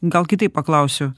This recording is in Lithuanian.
gal kitaip paklausiu